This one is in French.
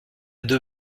deux